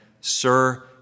Sir